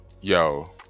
Yo